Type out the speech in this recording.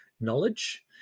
knowledge